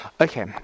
Okay